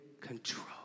control